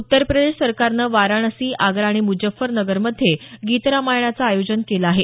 उत्तर प्रदेश सरकारनं वाराणसी आग्रा आणि मुजफ्फरनगरमध्ये गीत रामायणाचं आयोजन केलं आहे